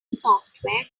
software